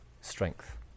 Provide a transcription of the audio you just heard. Strength